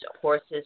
horses